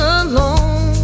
alone